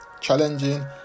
challenging